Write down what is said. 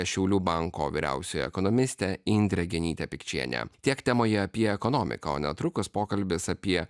šiaulių banko vyriausioji ekonomistė indrė genytė pikčienė tiek temoje apie ekonomiką o netrukus pokalbis apie